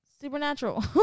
supernatural